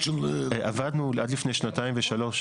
עבדנו עד לפני שנתיים ושלוש